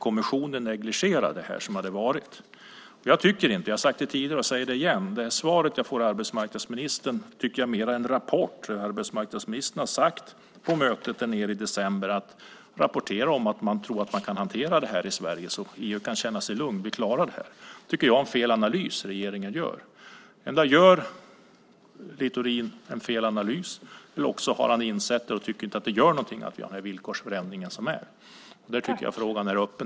Kommissionen negligerade det som hade varit. Jag tycker inte att det svar jag får av arbetsmarknadsministern är mer än en rapport om vad arbetsmarknadsministern har sagt på mötet därnere i december. Han har rapporterat om att han tror att vi kan hantera detta uppe i Sverige, så EU kan känna sig lugnt: Vi klarar detta. Jag tycker att regeringen gör en felaktig analys. Antingen gör Littorin en felaktig analys, eller så har han insett hur det ligger till och tycker att det inte gör något med den villkorsförändring som det blir. Där tycker jag att frågan är öppen.